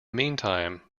meantime